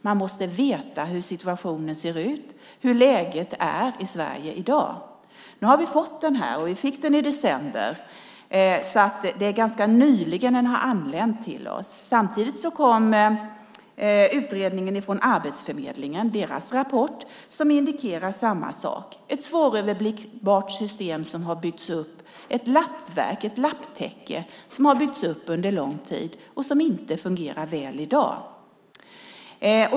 Man måste veta hur situationen ser ut och hur läget är i Sverige i dag. Nu har vi fått undersökningen. Vi fick den i december, så den har anlänt till oss ganska nyligen. Samtidigt kom utredningen och rapporten från Arbetsförmedlingen, som indikerar samma sak: Detta är ett svåröverblickbart system - ett lappverk och ett lapptäcke - som har byggts upp under lång tid och som inte fungerar väl i dag.